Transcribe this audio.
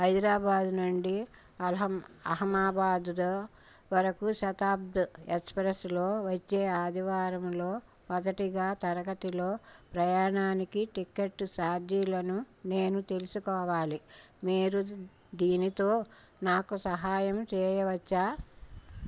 హైదరాబాద్ నుండి అహ్మబాద్ వరకు శతాబ్ద్ ఎక్స్ప్రస్లో వచ్చే ఆదివారం లో మొదటగా తరగతిలో ప్రయాణానికి టికెట్ ఛార్జీలను నేను తెలుసుకోవాలి మీరు దీనితో నాకు సహాయం చేయవచ్చా